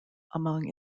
among